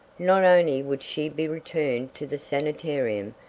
not only would she be returned to the sanitarium,